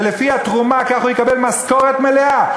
ולפי התרומה כך הוא יקבל משכורת מלאה.